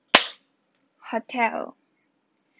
hotel